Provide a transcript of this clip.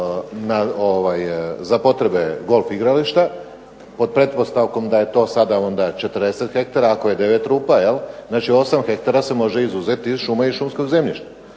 za potrebe golf igrališta, pod pretpostavkom da je to sada onda 40 hektara ako je 9 rupa, znači 8 hektara se može izuzeti iz šume i šumskog zemljišta